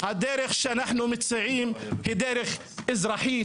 הדרך שאנו מציעים היא אזרחית,